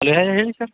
hello ಯಾರು ಹೇಳಿ sir